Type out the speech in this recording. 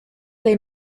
they